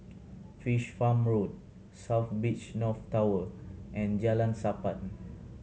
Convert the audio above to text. Fish Farm Road South Beach North Tower and Jalan Sappan